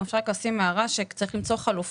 אבל אם אפשר רק לשים הערה שצריך למצוא חלופות